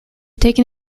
taken